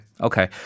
Okay